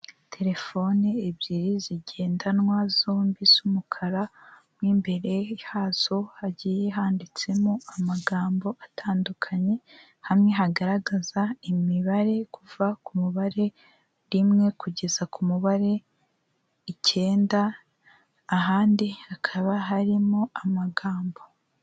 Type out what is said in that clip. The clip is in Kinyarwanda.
Telefoni ebyiri zigendanwa zombi z'umukara mo imbere hazo hagiye handitsemo amagambo atandukanye, hamwe hagaragaza imibare kuva ku mubare rimwe kugeza ku mubare icyenda, ahandi hakaba harimo amagambo.